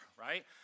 right